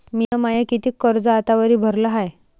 मिन माय कितीक कर्ज आतावरी भरलं हाय?